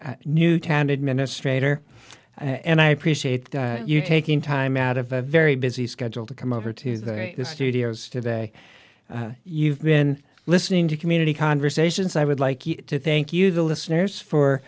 is newtown administrator and i appreciate you taking time out of a very busy schedule to come over to the studios today you've been listening to community conversations i would like to thank you the listeners for